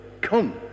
come